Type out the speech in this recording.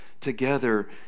together